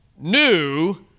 new